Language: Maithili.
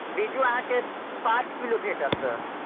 बिज्जू अहाँकेँ पाँच किलो भेटत